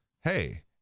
hey